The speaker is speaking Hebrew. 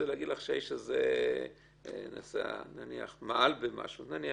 להגיד לך שהאיש הזה מעל במשהו נניח,